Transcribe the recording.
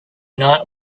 night